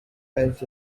french